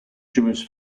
jewish